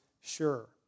sure